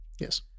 Yes